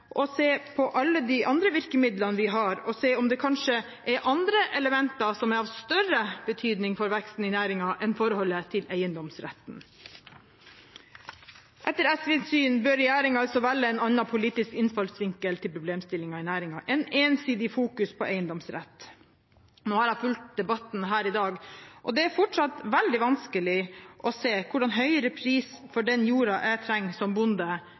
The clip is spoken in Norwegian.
se på alle de andre virkemidlene vi har, og se om det kanskje er andre elementer som er av større betydning for veksten i næringen enn forholdet til eiendomsretten. Etter SVs syn bør regjeringen altså velge en annen politisk innfallsvinkel til problemstillingen i næringen enn ensidig fokus på eiendomsrett. Nå har jeg fulgt debatten her i dag, og det er fortsatt veldig vanskelig å se hvordan høyere pris for den jorda jeg trenger som bonde,